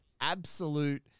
absolute